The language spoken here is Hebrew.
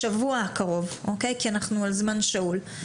השבוע הקרוב כי אנחנו על זמן שאול,